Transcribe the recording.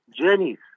journeys